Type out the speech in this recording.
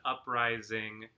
uprising